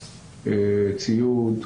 ציוד,